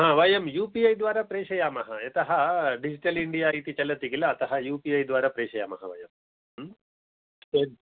वयम् U P I द्वारा प्रेषयामः यतः डिजीटल् इण्डिया इति चलति किल अतः यू पि ऐ द्वारा प्रेषयामः वयम्